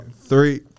Three